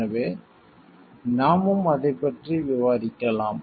எனவே நாமும் அதைப் பற்றி விவாதிக்கலாம்